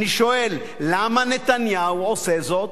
אני שואל: למה נתניהו עושה זאת?